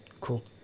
Cool